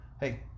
Hey